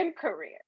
career